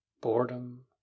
boredom